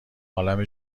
عالم